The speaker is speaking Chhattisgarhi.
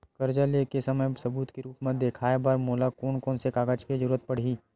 कर्जा ले के समय सबूत के रूप मा देखाय बर मोला कोन कोन से कागज के जरुरत पड़ही?